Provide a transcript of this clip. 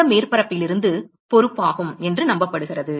அந்த மேற்பரப்பிலிருந்து பொறுப்பாகும் என்று நம்பப்படுகிறது